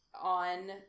on